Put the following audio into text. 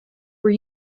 were